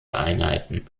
einheiten